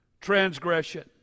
transgression